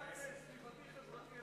זה קבוצת סביבתי-חברתי.